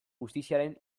justiziaren